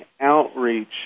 outreach